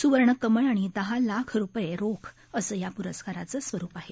सुवर्ण कमळ आणि दहा लाख रूपये रोख असं या पुरस्काराचं स्वरूप आहे